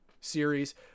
series